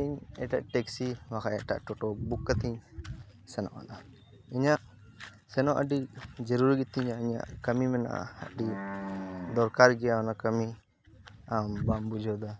ᱤᱧ ᱮᱴᱟᱜ ᱴᱮᱠᱥᱤ ᱵᱟᱠᱷᱟᱱ ᱮᱴᱟᱜ ᱴᱳᱴᱳ ᱵᱩᱠ ᱠᱟᱛᱤᱧ ᱥᱮᱱᱚᱜᱼᱟ ᱤᱧᱟᱹᱜ ᱥᱮᱱᱚᱜ ᱟᱹᱰᱤ ᱡᱟᱹᱨᱩᱲ ᱜᱮᱛᱤᱧᱟ ᱤᱧᱟᱹᱜ ᱠᱟᱹᱢᱤ ᱢᱮᱱᱟᱜᱼᱟ ᱟᱹᱰᱤ ᱫᱚᱨᱠᱟᱨ ᱜᱮᱭᱟ ᱚᱱᱟ ᱠᱟᱹᱢᱤ ᱟᱢ ᱵᱟᱢ ᱵᱩᱡᱷᱟᱹᱣᱮᱫᱟ